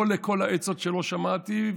לא לכל העצות שלו שמעתי,